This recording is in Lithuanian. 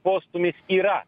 postūmis yra